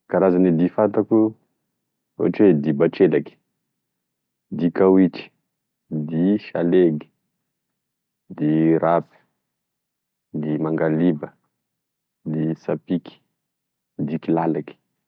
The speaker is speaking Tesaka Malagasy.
Karazana dihy fantako ohatry dihy batrelaky, dihy kaoitry, dihy salegy, dihy rapy, dihy mangaliba, dihy sapiky, dihy kilalaky.